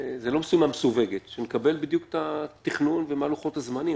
זה לא משימה מסווגת אז שנקבל בדיוק את התכנון ואת לוחות הזמנים,